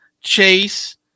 Chase